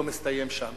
לא מסתיים שם.